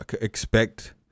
expect